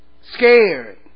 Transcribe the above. scared